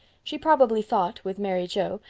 she probably thought, with mary joe,